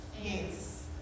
Yes